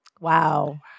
Wow